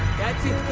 that's it